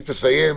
היא תסיים,